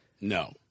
No